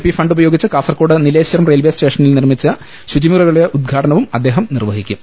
P fund ഉപയോഗിച്ച് Kasaragod Nileshwaram railway സ്റ്റേഷനിൽ നിർമ്മിച്ച ശുചിമുറികളുടെ ഉദ്ഘാടനവും അദ്ദേഹം നിർവഹിക്കും